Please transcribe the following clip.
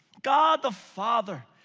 god the father.